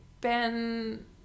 Ben